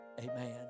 Amen